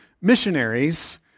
missionaries